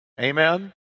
Amen